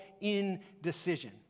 indecision